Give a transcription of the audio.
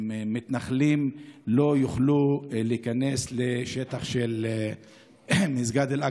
שמתנחלים לא יוכלו להיכנס לשטח של מסגד אל-אקצא.